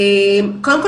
קודם כל,